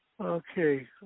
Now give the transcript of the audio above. Okay